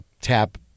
tap